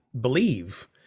believe